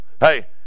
Hey